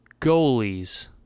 goalies